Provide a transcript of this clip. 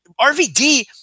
RVD